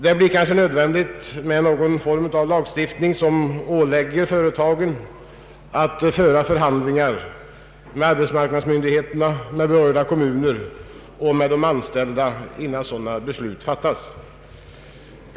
Det blir kanske nödvändigt med någon form av lagstiftning som ålägger företagen att föra förhandlingar med arbetsmarknadsmyndigheterna, med berörda kommuner och med de anställda, innan sådana beslut fattas.